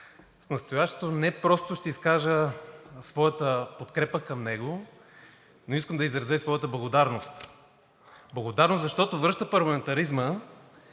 С настоящото не просто ще изкажа своята подкрепа към него, но искам да изразя и своята благодарност. Благодарност, защото връща парламентаризма